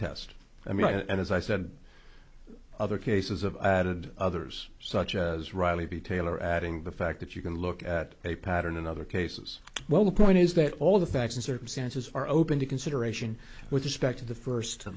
test i mean and as i said other cases of added others such as riley b taylor adding the fact that you can look at a pattern in other cases well the point is that all the facts and circumstances are open to consideration with respect to the first to